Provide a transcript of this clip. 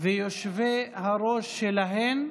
ויושבי-הראש שלהן.